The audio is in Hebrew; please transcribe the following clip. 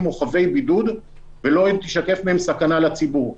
או חבי בידוד ולא תישקף מהם סכנה לציבור.